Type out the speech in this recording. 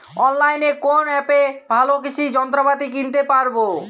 অনলাইনের কোন অ্যাপে ভালো কৃষির যন্ত্রপাতি কিনতে পারবো?